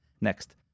Next